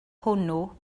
hwnnw